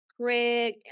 Craig